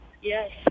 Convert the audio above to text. Yes